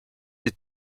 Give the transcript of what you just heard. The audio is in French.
des